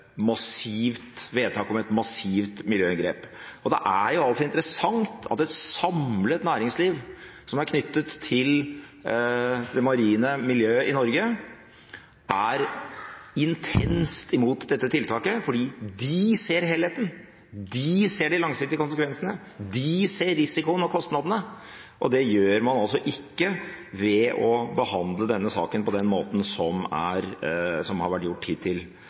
vedtak om et massivt miljøinngrep. Det er interessant at et samlet næringsliv som er knyttet til det marine miljøet i Norge, er intenst imot dette tiltaket, fordi de ser helheten. De ser de langsiktige konsekvensene. De ser risikoen og kostnadene. Det gjør man ikke ved å behandle denne saken på den måten som har vært gjort hittil fra regjeringens side. Dette er vår mulighet til